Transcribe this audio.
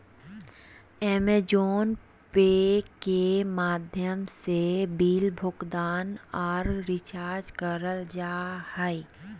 अमेज़ोने pay के माध्यम से बिल भुगतान आर रिचार्ज करल जा हय